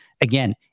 again